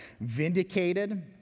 vindicated